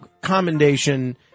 commendation